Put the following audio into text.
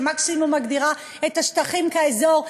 שמקסימום מגדירה את השטחים כאזור,